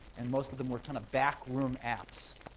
and most of them were kind of back-room apps.